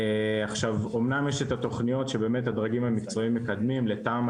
אמנם יש את התוכניות שבאמת הדרגים המקצועיים מקדמים לתמ"א,